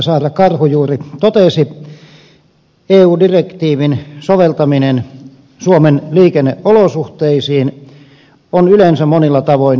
saara karhu juuri totesi eu direktiivin soveltaminen suomen liikenneolosuhteisiin on yleensä monilla tavoin ongelmallista